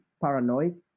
paranoid